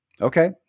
Okay